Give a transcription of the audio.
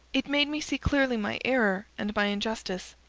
it made me see clearly my error and my injustice.